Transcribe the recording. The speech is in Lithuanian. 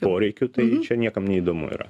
poreikių tai čia niekam neįdomu yra